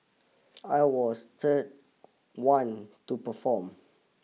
I was third one to perform